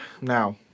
now